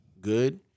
good